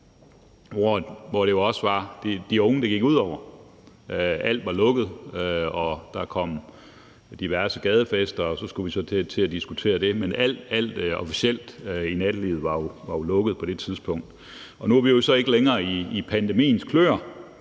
hvor det jo også var de unge, det gik ud over, for alt var lukket, og der kom diverse gadefester, og så skulle vi så til at diskutere det. Men alt officielt i nattelivet var jo lukket på det tidspunkt. Nu er vi så ikke længere i pandemiens kløer,